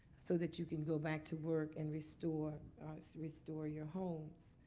so that you can go back to work and restore so restore your homes.